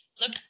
Look